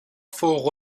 فوق